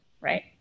right